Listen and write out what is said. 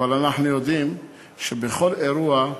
אבל אנחנו יודעים שהם נמצאים בכל אירוע.